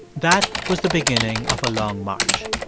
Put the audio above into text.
that was the beginning of a long march.